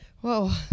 whoa